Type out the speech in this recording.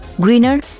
greener